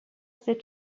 cette